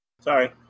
Sorry